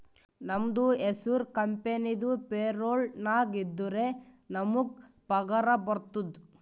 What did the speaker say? ನಮ್ದು ಹೆಸುರ್ ಕಂಪೆನಿದು ಪೇರೋಲ್ ನಾಗ್ ಇದ್ದುರೆ ನಮುಗ್ ಪಗಾರ ಬರ್ತುದ್